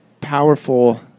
powerful